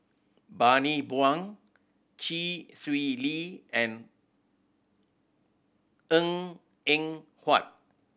Bani Buang Chee Swee Lee and Eng Eng Huat